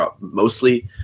mostly